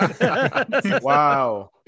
Wow